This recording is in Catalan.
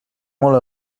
molt